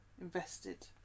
invested